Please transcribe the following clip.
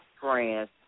friends